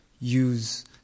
use